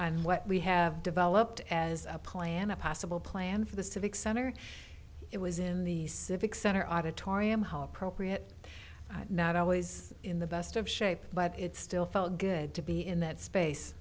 and what we have developed as a plan a possible plan for the civic center it was in the civic center auditorium how appropriate not always in the best of shape but it still felt good to be in that space